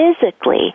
physically